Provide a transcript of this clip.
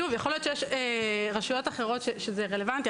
שוב, יכול להיות רשויות אחרות שזה רלוונטי.